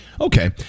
Okay